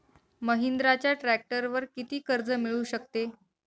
महिंद्राच्या ट्रॅक्टरवर किती कर्ज मिळू शकते?